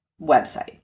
website